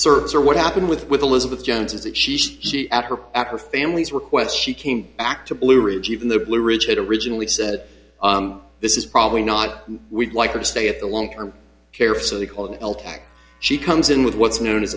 service or what happened with elizabeth jones is that she she at her at her family's request she came back to blue ridge even the blue ridge had originally said this is probably not we'd like to stay at the long term care facility called she comes in with what's known as